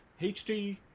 HD